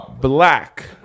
black